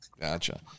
Gotcha